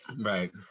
Right